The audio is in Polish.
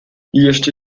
jeszcze